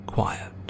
Quiet